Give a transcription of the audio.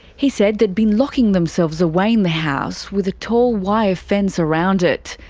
he said they'd been locking themselves away in the house, with a tall wire fence around it.